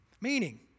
Meaning